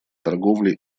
торговле